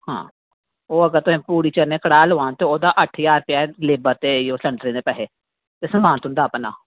ते ओह् अगर तुसे पूड़ी चने कड़ाह् लोआना ते ओह्दा अट्ट ज्हार रपेआ लेबर ते सिलेंडर दे पैसे ते समान तुंदा अपना